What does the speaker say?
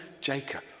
Jacob